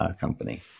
company